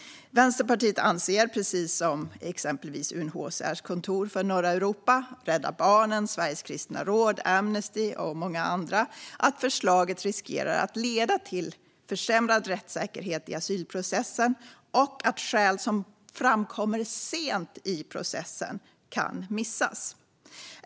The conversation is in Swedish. Vänsterpartiet anser, precis som exempelvis UNHCR:s kontor för norra Europa, Rädda Barnen, Sveriges kristna råd, Amnesty och många andra att förslaget riskerar att leda till försämrad rättssäkerhet i asylprocessen och att skäl som framkommer sent i processen kan missas.